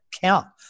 count